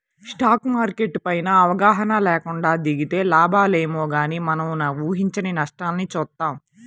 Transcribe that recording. stock market పైన అవగాహన లేకుండా దిగితే లాభాలేమో గానీ మనం ఊహించని నష్టాల్ని చూత్తాం